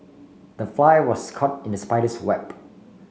the fly was caught in the spider's web